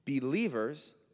Believers